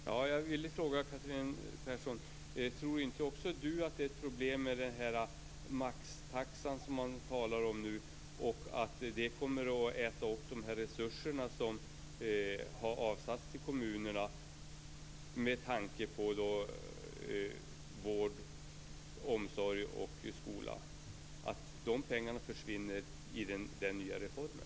Fru talman! Tror inte Catherine Persson att det är ett problem med den maxtaxa som man nu talar om, att den kommer att äta upp de resurser som avsatts till kommunerna, med tanke på att pengarna för vården, omsorgen och skolan försvinner i den nya reformen?